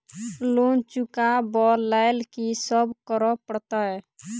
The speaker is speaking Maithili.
लोन चुका ब लैल की सब करऽ पड़तै?